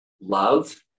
Love